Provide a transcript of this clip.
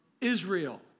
Israel